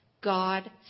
God